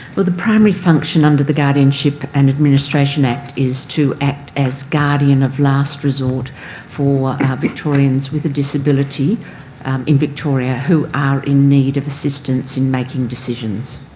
well, the primary function under the guardianship and administration act is to act as guardian of last resort for victorians with a disability in victoria who are in need of assistance in making decisions.